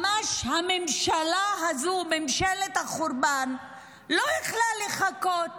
ממש הממשלה הזאת, ממשלת החורבן, לא יכלה לחכות